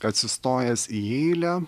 atsistojęs į eilę